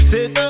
Sit